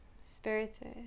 spirited